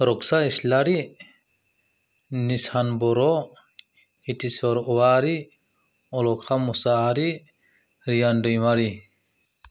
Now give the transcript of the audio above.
रक्सा इस्लारि निसान बर' हिथिस्वर अवारि अलखा मुसाहारि रियान दैमारि